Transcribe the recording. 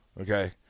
Okay